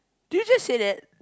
did you just say that